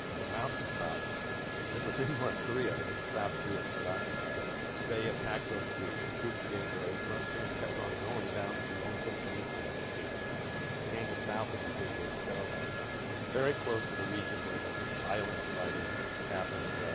ah the mountain top that was in north korea that the south korean had occupied they attacked those troops the troops gave way in the north koreans kept on going down to the onjing peninsula which hangs south of the thirty eighth parallel it's very close to the region where the island fighting happened